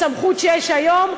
בסמכות שיש היום,